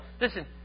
Listen